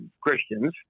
Christians